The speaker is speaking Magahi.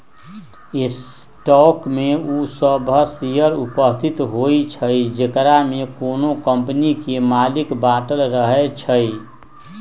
स्टॉक में उ सभ शेयर उपस्थित होइ छइ जेकरामे कोनो कम्पनी के मालिक बाटल रहै छइ